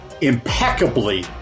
impeccably